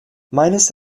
meines